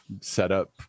setup